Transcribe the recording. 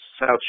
south